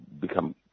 become